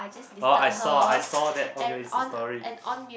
oh I saw I saw that on your Insta Story